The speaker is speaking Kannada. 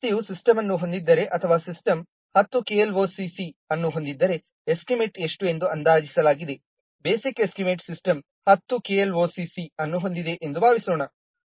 ಒಂದು ವ್ಯವಸ್ಥೆಯು ಸಿಸ್ಟಮ್ ಅನ್ನು ಹೊಂದಿದ್ದರೆ ಅಥವಾ ಸಿಸ್ಟಮ್ 10 kloc ಅನ್ನು ಹೊಂದಿದ್ದರೆ ಎಸ್ಟಿಮೇಟ್ ಎಷ್ಟು ಎಂದು ಅಂದಾಜಿಸಲಾಗಿದೆ ಬೇಸಿಕ್ ಎಸ್ಟಿಮೇಟ್ ಸಿಸ್ಟಮ್ 10 kloc ಅನ್ನು ಹೊಂದಿದೆ ಎಂದು ಭಾವಿಸೋಣ